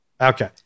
Okay